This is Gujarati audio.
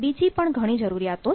બીજી પણ ઘણી જરૂરિયાતો છે